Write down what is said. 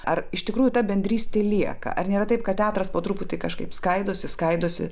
ar iš tikrųjų ta bendrystė lieka ar nėra taip kad teatras po truputį kažkaip skaidosi skaidosi